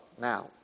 Now